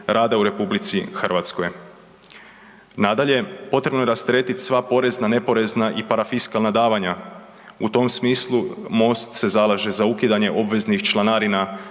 rada u RH. Nadalje, potrebno je rasteretit sva porezna, neporezna i parafiskalna davanja. U tom smislu MOST se zalaže za ukidanje obveznih članarina